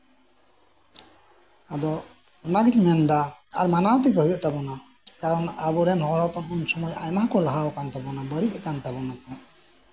ᱟᱫᱚ ᱚᱱᱟᱜᱤᱧ ᱢᱮᱱᱫᱟ ᱟᱨ ᱢᱟᱱᱟᱣ ᱛᱮᱜᱮ ᱦᱩᱭᱩᱜ ᱛᱟᱵᱳᱱᱟ ᱠᱟᱨᱚᱱ ᱟᱵᱚᱨᱮᱱ ᱦᱚᱲ ᱦᱚᱯᱚᱱ ᱩᱱ ᱥᱚᱢᱚᱭ ᱟᱭᱢᱟ ᱠᱚ ᱞᱟᱦᱟ ᱟᱠᱟᱱ ᱛᱟᱵᱳᱱᱟ ᱵᱟᱹᱲᱤᱡ ᱟᱠᱟᱱ ᱛᱟᱵᱳᱱᱟ ᱠᱚ